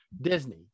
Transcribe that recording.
Disney